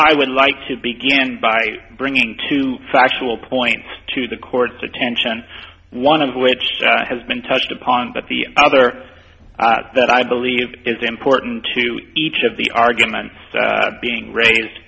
i would like to begin by bringing two factual points to the court's attention one of which has been touched upon but the other that i believe is important to each of the arguments being raised